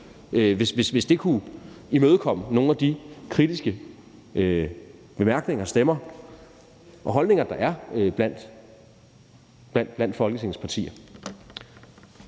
hvis det kunne imødekomme nogle af de kritiske bemærkninger, stemmer og holdninger, der er blandt Folketingets partier.